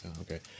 okay